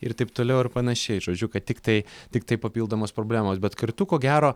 ir taip toliau ir panašiai žodžiu kad tiktai tiktai papildomos problemos bet kartu ko gero